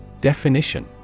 Definition